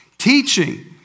Teaching